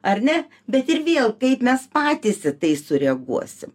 ar ne bet ir vėl kaip mes patys tai į sureaguosi